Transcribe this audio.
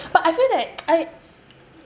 but I feel that I